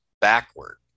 backward